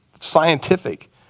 scientific